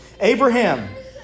Abraham